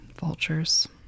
Vultures